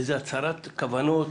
איזו הצהרת כוונות.